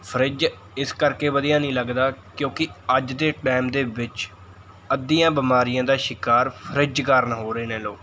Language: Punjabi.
ਫਰਿੱਜ ਇਸ ਕਰਕੇ ਵਧੀਆ ਨਹੀਂ ਲੱਗਦਾ ਕਿਉਂਕਿ ਅੱਜ ਦੇ ਟਾਈਮ ਦੇ ਵਿੱਚ ਅੱਧੀਆਂ ਬਿਮਾਰੀਆਂ ਦਾ ਸ਼ਿਕਾਰ ਫਰਿੱਜ ਕਾਰਨ ਹੋ ਰਹੇ ਨੇ ਲੋਕ